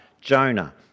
Jonah